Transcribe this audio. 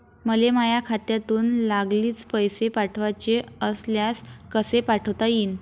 मले माह्या खात्यातून लागलीच पैसे पाठवाचे असल्यास कसे पाठोता यीन?